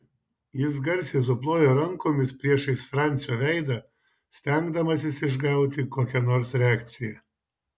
jis garsiai suplojo rankomis priešais francio veidą stengdamasis išgauti kokią nors reakciją